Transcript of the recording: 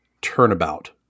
turnabout